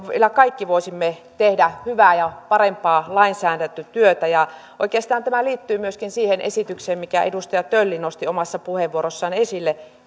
kaikki voisimme tehdä hyvää ja parempaa lainsäädäntötyötä oikeastaan tämä liittyy myöskin siihen esitykseen minkä edustaja tölli nosti omassa puheenvuorossaan esille